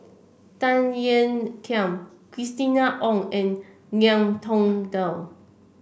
Tan Ean Kiam Christina Ong and Ngiam Tong Dow